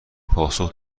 پاسخ